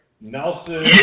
Nelson